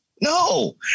No